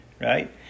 right